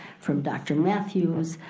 from dr. matthews,